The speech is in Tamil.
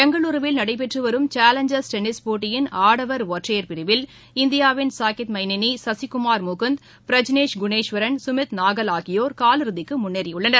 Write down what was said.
பெங்களுருவில் நடைபெற்றுவரும் சேலஞ்சர்ஸ் டென்னிஸ் போட்டியின் ஆடவர் ஒற்றையர் பிரிவில் இந்தியாவின் சாகித் மைனேனி சசிகுமார் முகுந்த் பிரஜ்னேஷ் குன்னேஸ்வரன் சுமித் நாகல் ஆகியோர் காலிறுதிக்குமுன்னேறியுள்ளனர்